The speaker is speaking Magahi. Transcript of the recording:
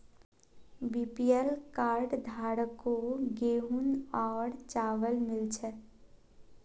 बीपीएल कार्ड धारकों गेहूं और चावल मिल छे